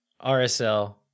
RSL